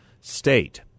state